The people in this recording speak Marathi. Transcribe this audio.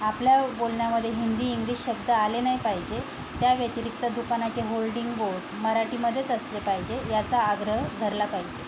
आपल्या बोलण्यामध्ये हिंदी इंग्लिश शब्द आले नाही पाहिजे त्या व्यतिरिक्त दुकानाचे होर्डिंग बोर्ड मराठीमध्येच असले पाहिजे याचा आग्रह धरला पाहिजे